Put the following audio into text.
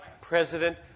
president